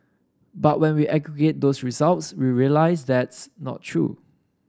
but when we aggregate those results we realise that's not true